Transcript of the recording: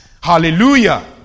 Hallelujah